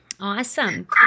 Awesome